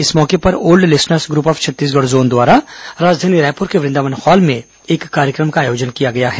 इस मौके पर old listeners group of Chhattisgarh zone द्वारा राजधानी रायपुर के वृंदावन हॉल में एक कार्यक्रम का आयोजन किया गया है